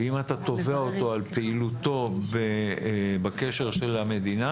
אם אתה תובע אותו על פעילותו בקשר של המדינה,